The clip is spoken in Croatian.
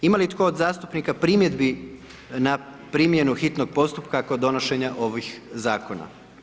Ima li tko od zastupnika primjedbi na primjenu hitnog postupka kod donošenja ovih zakona?